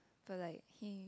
but like he